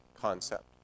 concept